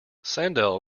sandel